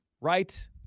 right